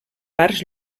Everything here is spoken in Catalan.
parts